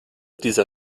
dieser